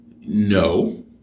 No